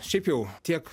šiaip jau tiek